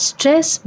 Stress